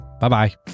Bye-bye